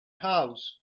house